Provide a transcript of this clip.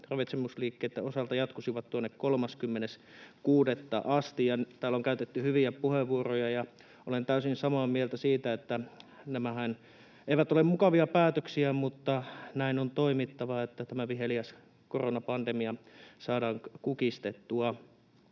ravitsemusliikkeitten osalta jatkuisivat 30.6. asti. Täällä on käytetty hyviä puheenvuoroja, ja olen täysin samaa mieltä siitä, että nämähän eivät ole mukavia päätöksiä, mutta näin on toimittava, että tämä viheliäs koronapandemia saadaan kukistettua.